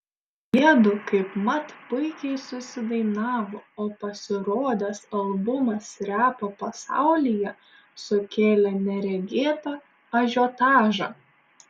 jiedu kaipmat puikiai susidainavo o pasirodęs albumas repo pasaulyje sukėlė neregėtą ažiotažą